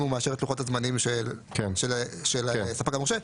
הוא מאשר את לוחות הזמנים של הספק המורשה.